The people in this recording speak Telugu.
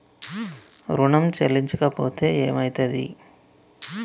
ఋణం చెల్లించకపోతే ఏమయితది?